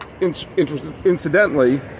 Incidentally